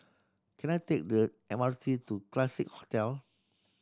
can I take the M R T to Classique Hotel